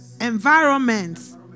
environments